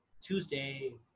Tuesday